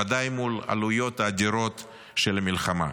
ודאי מול העלויות האדירות של המלחמה.